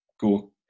go